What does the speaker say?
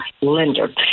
lender